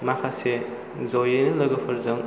माखासे जयै लोगोफोरजों